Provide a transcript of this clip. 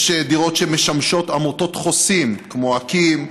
יש דירות שמשמשות עמותות חוסים, כמו אקים,